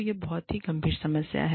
और यह एक बहुत ही गंभीर समस्या है